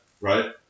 Right